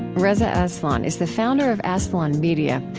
reza ah aslan is the founder of aslan media,